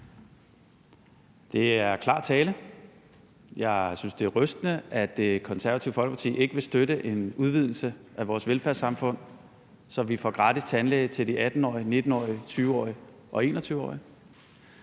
Det er klar tale. Jeg synes, det er rystende, at Det Konservative Folkeparti ikke vil støtte en udvidelse af vores velfærdssamfund, så vi får gratis tandlæge til de 18-årige, de 19-årige, de 20-årige og de 21-årige,